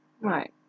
Right